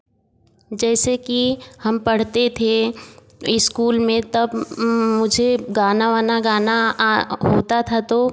जैसे कि हम पढ़ते थे स्कूल में तब मुझे गाना वाना गाना होता था तो